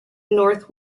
north